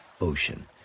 ocean